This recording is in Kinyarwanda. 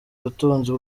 ubutunzi